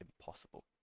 impossible